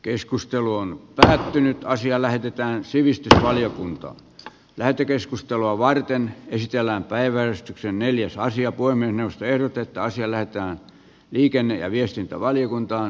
puhemiesneuvosto ehdottaa että asia lähetetään sivistysvaliokuntaan lähetekeskustelua varten esitellään päivää sen neliosaisia voi mennä usein otetaan siellä että liikenne ja viestintävaliokuntaan